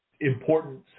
important